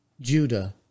Judah